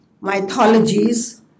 mythologies